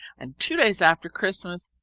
and two days after christmas,